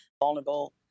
vulnerable